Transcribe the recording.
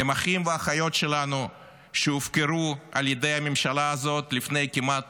הם אחים ואחיות שלנו שהופקרו על ידי הממשלה הזאת לפני כמעט